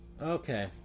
Okay